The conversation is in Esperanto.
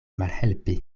malhelpi